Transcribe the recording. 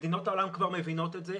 מדינות העולם כבר מבינות את זה.